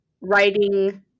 writing